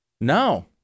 No